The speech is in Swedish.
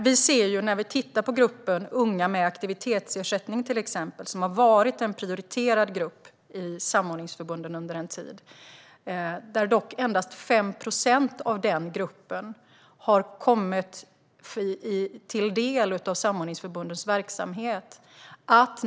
När vi tittar på exempelvis gruppen unga med aktivitetsersättning, som har varit en prioriterad grupp i samordningsförbunden under en tid, kan vi se att endast 5 procent av den gruppen har fått del av samordningsförbundens verksamhet.